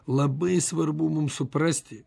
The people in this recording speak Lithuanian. labai svarbu mums suprasti